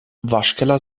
waschkeller